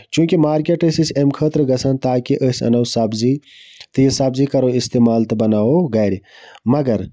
چوٗنکہِ مارکٮ۪ٹ ٲسۍ أسۍ اَمہِ خٲطرٕ گژھان تاکہِ أسۍ اَنو سَبزی تہٕ یہِ سَبزی کرو اِستعمال تہٕ بَناوو گرِ مَگر